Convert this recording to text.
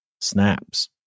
snaps